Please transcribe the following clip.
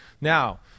now